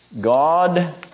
God